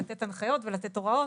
לתת הנחיות ולתת הוראות.